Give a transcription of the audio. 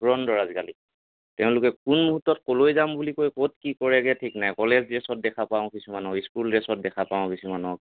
ধুৰন্ধৰ আজিকালি তেওঁলোকে কোন মুহূৰ্তত ক'লৈ যাম বুলি কৈ ক'ত কি কৰেগৈ ঠিক নাই কলেজ ড্ৰেছত দেখা পাওঁ কিছুমানক স্কুল ড্ৰেছত দেখা পাওঁ কিছুমানক